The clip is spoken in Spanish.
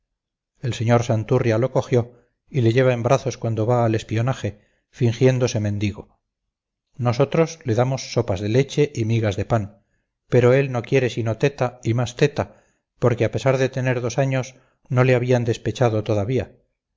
el sr santurrias lo cogió y le lleva en brazos cuando va al espionaje fingiéndose mendigo nosotros le damos sopas de leche y migas de pan pero él no quiere sino teta y más teta porque a pesar de tener dos años no le habían despechado todavía